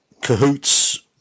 cahoots